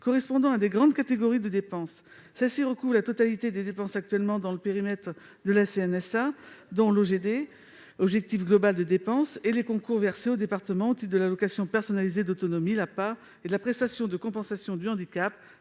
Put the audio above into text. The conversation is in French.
correspondant à de grandes catégories de dépenses. Celles-ci recouvrent la totalité des dépenses actuellement dans le périmètre de la CNSA, dont l'OGD, l'objectif global de dépenses, et les concours versés aux départements au titre de l'allocation personnalisée d'autonomie (APA) et de la prestation de compensation du handicap